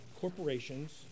corporations